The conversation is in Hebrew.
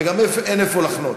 וגם אין איפה להחנות.